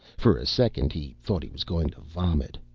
for a second he thought he was going to vomit.